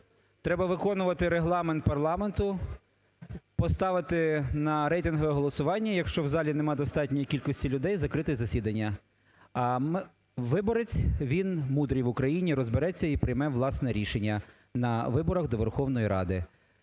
треба виконувати Регламент парламенту, поставити на рейтингове голосування, якщо в залі немає достатньої кількості людей, закрити засідання. А виборець, він мудрий в Україні, розбереться і прийме власне рішення на виборах до Верховної Ради.